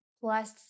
plus